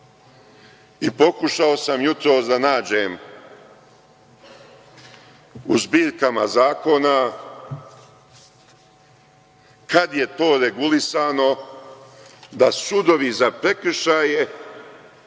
i pokušao sam jutros da nađem u zbirkama zakona kada je to regulisano da sudovi za prekršaje